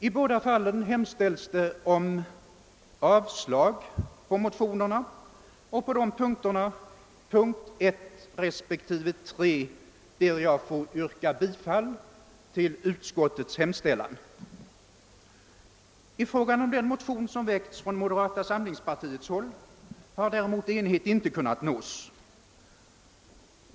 I båda fallen hemställs det om avslag på motionerna, och på punkterna 1 och 3 ber jag att få yrka bifall till utskottets hemställan. I fråga om den motion som har väckts från moderata samlingspartiets håll har däremot enighet inte kunnat nås.